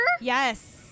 Yes